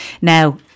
Now